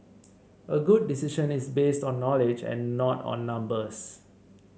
a good decision is based on knowledge and not on numbers